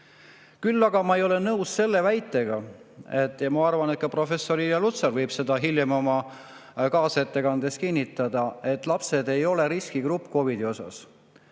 Küll aga ma ei ole nõus selle väitega – ja ma arvan, et ka professor Lutsar võib seda hiljem oma kaasettekandes kinnitada –, et lapsed on riskigrupp COVID‑i